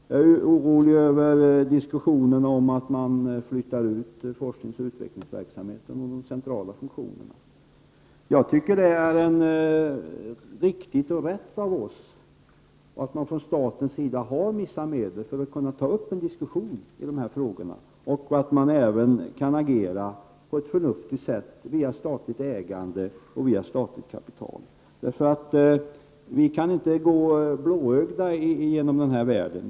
Jag är orolig över diskussionen om att forskningsoch utvecklingsverksamheten samt de centrala funktionerna skall flyttas ut. Jag tycker att det är riktigt att staten har vissa medel för att kunna ta upp en diskussion i dessa frågor och även kan agera på ett förnuftigt sätt via statligt ägande och via statligt kapital. Vi kan inte gå blåögda genom världen.